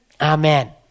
Amen